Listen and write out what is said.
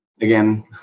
again